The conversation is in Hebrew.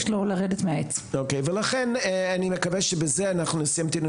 לו "לרדת מהעץ" ולכן אני מקווה שבזה אנחנו נסיים את הדיון,